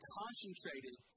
concentrated